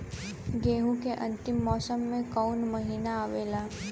गेहूँ के अंतिम मौसम में कऊन महिना आवेला?